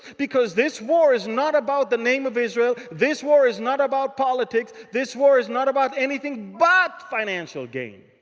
because this war is not about the name of israel. this war is not about politics. this war is not about anything but financial gain.